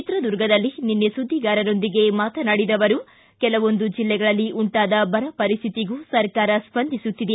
ಚಿತ್ರದುರ್ಗದಲ್ಲಿ ನಿನ್ನೆ ಸುದ್ದಿಗಾರರೊಂದಿಗೆ ಮಾತನಾಡಿದ ಅವರು ಕೆಲವೊಂದು ಜಿಲ್ಲೆಗಳಲ್ಲಿ ಉಂಟಾದ ಬರಪರಿಸ್ಥಿತಿಗೂ ಸರ್ಕಾರ ಸ್ವಂದಿಸುತ್ತಿದೆ